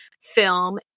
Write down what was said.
film